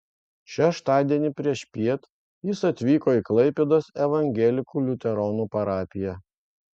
šeštadienį priešpiet jis atvyko į klaipėdos evangelikų liuteronų parapiją